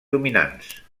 dominants